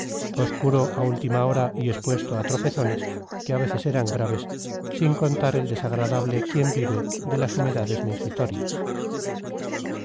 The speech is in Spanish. obscuro a última hora y expuesto a tropezones que a veces eran graves sin contar el desagradable quién vive de las humedades mingitorias